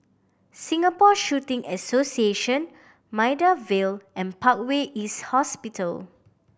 Singapore Shooting Association Maida Vale and Parkway East Hospital